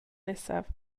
nesaf